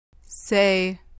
Say